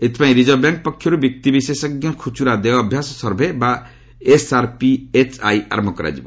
ଏଥିପାଇଁ reserve bank ପକ୍ଷରୁ ବ୍ୟକ୍ତିବିଶେଷଜ୍ଞ ଖୁଚୁରା ଦେୟ ଅଭ୍ୟାସ ସର୍ଭେ ବା ଏସ୍ଆର୍ପିଏଚ୍ଆଇ ଆରମ୍ଭ କରାଯିବ